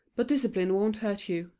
but discipline won't hurt you,